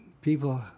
people